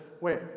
Wait